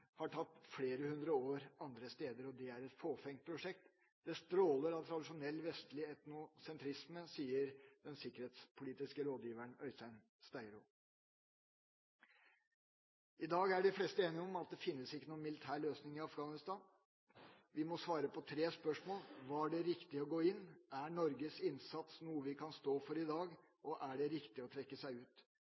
tatt flere hundre år andre steder, og det er et fåfengt prosjekt. Det stråler av tradisjonell vestlig etnosentrisme, sier den sikkerhetspolitiske rådgiveren Øystein Steiro. I dag er de fleste enige om at det ikke finnes noen militær løsning i Afghanistan. Vi må svare på tre spørsmål: Var det riktig å gå inn? Er Norges innsats noe vi kan stå for i dag? Og er det riktig å trekke seg ut?